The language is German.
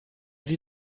sie